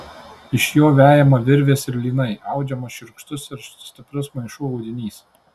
iš jo vejama virvės ir lynai audžiamas šiurkštus ir stiprus maišų audinys